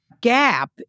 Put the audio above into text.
gap